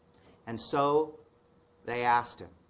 and so they asking